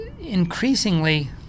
Increasingly